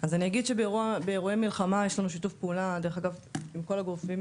אז אני אגיד שבאירועי מלחמה יש לנו שיתוף פעולה דרך אגב עם כל הגופים,